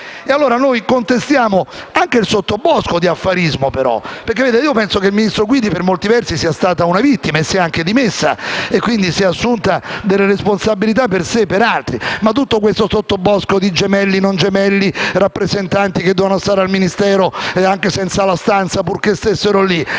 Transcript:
tuttavia, contestiamo anche il sottobosco di affarismo. Penso che il ministro Guidi, per molti versi, sia stata una vittima e si è anche dimessa e, quindi, si è assunta delle responsabilità per sé e per altri. Ma tutto il sottobosco di Gemelli, non Gemelli, di rappresentanti che dovevano stare al Ministero, anche senza la stanza purché stessero lì,